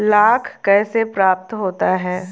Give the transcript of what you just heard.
लाख कैसे प्राप्त होता है?